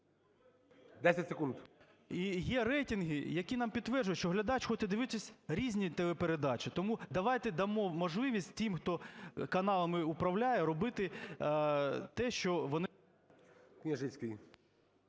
В.В. І є рейтинги, які нам підтверджують, що глядач хоче дивитись різні телепередачі. Тому давайте дамо можливість тим, хто каналами управляє, робити те, що вони… ГОЛОВУЮЧИЙ.